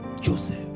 Joseph